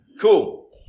Cool